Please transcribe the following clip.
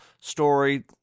story